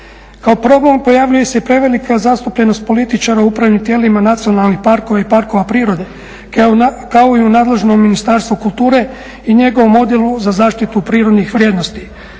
Kao problem pojavljuje se i prevelika zastupljenost političara u upravnim tijelima nacionalnih parkova i parkova prirode kao i u nadležnom ministarstvu kulture i njegovom odijelu za zaštitu prirodnih vrijednosti.